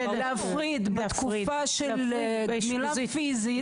להפריד בתקופה של גמילה פיזית.